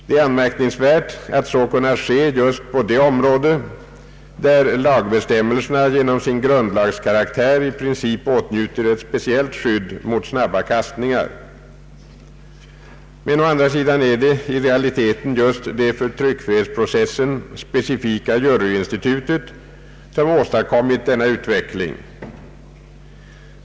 Det är anmärkningsvärt att så kunnat ske just på ett område där lagbestämmelserna genom sin grundlagskaraktär i princip åtnjuter ett speciellt skydd mot snabba kastningar. Men å andra sidan är det i realiteten just det för tryckfrihetsprocessen specifika juryinstitutet som åstadkommit denna utveckling.